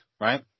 right